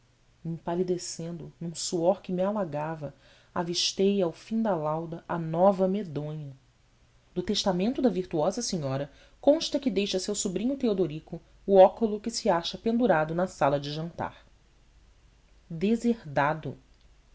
e empalidecendo num suor que me alagava avistei ao fim da lauda a nova medonha do testamento da virtuosa senhora consta que deixa a seu sobrinho teodorico o óculo que se acha pendurado na sala de jantar deserdado